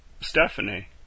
Stephanie